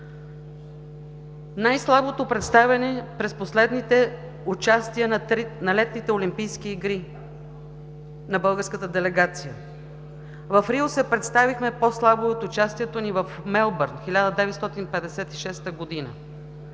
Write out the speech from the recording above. Най-слабото представяне през последните участия на летните олимпийски игри на българската делегация. В Рио се представихме по-слабо от участието ни в Мелбърн – 1956 г.